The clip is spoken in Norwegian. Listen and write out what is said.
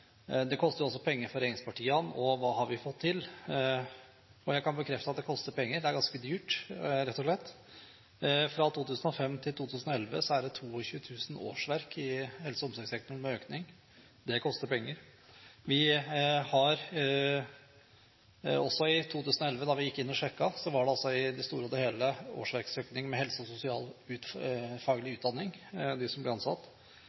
Det koster også penger for regjeringspartiene, og hva har vi fått til? Jeg kan bekrefte at det koster penger – det er ganske dyrt, rett og slett. Fra 2005 til 2011 var det en økning på 22 000 årsverk i helse- og omsorgssektoren. Det koster penger. Da vi gikk inn og sjekket, var det i 2011 i det store og hele en årsverksøkning av ansatte med helse- og